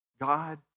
God